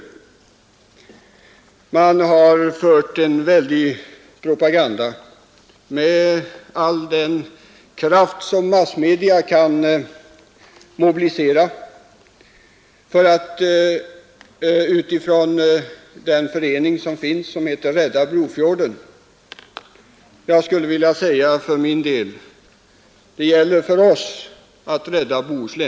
Fredagen den Man har fört en väldig propaganda med all den kraft som massmedia 5 november 1971 kan mobilisera med utgångspunkt från den förening som kalas Rädda ——— Brofjorden. Jag skulle vilja säga att det gäller för oss att rädda Bohuslän.